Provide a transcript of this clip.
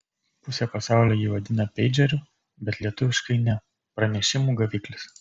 pusė pasaulio jį vadina peidžeriu bet lietuviškai ne pranešimų gaviklis